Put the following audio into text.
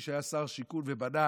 שהיה שר שיכון ובנה